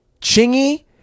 Chingy